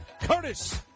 Curtis